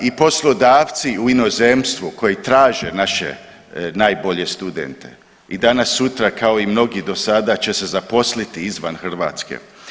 I poslodavci u inozemstvu koji traže naše najbolje studente i danas-sutra kao i mnogi do sada će se zaposliti izvan Hrvatske.